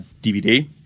DVD